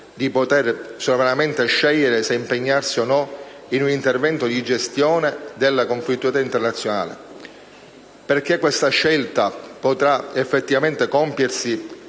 di poter sovranamente scegliere se impegnarsi o no in un intervento di gestione della conflittualità internazionale. Perché quella scelta possa effettivamente compiersi